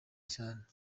cyane